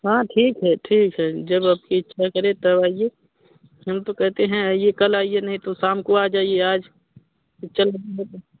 हाँ ठीक है ठीक है जब आपकी इच्छा करे तब आइए हम तो कहते हैं आइए कल आइए नहीं तो शाम को आ जाइए आज पिक्चर